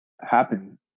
happen